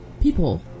people